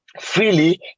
freely